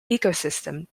ecosystem